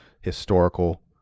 Historical